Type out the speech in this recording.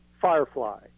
Firefly